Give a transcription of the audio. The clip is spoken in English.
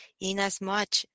inasmuch